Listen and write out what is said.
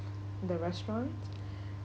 the restaurant